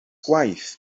gwaith